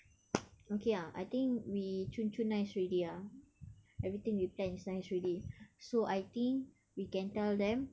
okay ah I think we cun cun nice already ah everything we plan is nice already so I think we can tell them